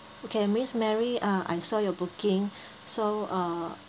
okay miss mary uh I saw your booking so uh